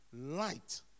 light